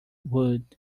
wood